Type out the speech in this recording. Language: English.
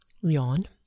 yawn